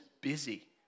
busy